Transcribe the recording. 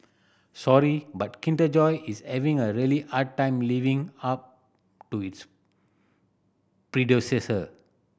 sorry but Kinder Joy is having a really hard time living up to its predecessor